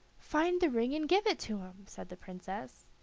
find the ring and give it to him, said the princess.